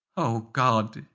oh, god.